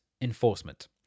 enforcement